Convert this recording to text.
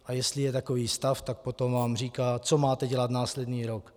A jestli je takový stav, tak potom vám říká, co máte dělat následný rok.